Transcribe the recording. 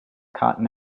cotton